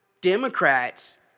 Democrats